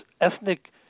ethnic